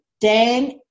Dan